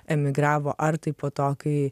emigravo ar tai po to kai